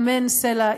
אמן סלה,